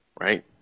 right